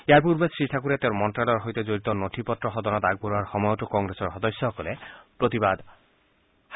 ইয়াৰ পূৰ্বে শ্ৰীঠাকুৰে তেওঁৰ মন্তালয়ৰ সৈতে জড়িত নথি পত্ৰ সদনত আগবঢ়োৱাৰ সময়তো কংগ্ৰেছৰ সদস্যসকলে প্ৰতিবাদ জনায়